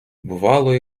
бувало